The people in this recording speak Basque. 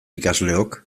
ikasleok